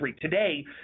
Today